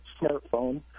smartphone